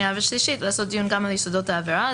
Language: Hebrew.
השנייה והשלישית לעשות דיון גם על יסודות העבירה.